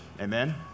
Amen